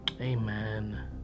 Amen